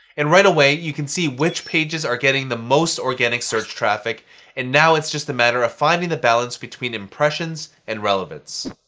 and right away, you can see which pages are getting the most organic search traffic and now, it's just a matter of finding the balance between impressions and relevance.